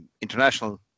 international